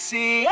See